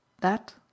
That